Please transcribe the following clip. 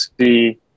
see